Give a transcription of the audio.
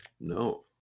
No